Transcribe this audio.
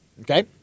Okay